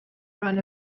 run